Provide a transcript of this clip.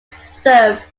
served